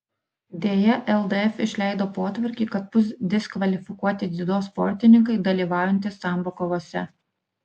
deja ldf išleido potvarkį kad bus diskvalifikuoti dziudo sportininkai dalyvaujantys sambo kovose